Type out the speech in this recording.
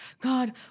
God